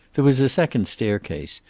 there was a second staircase,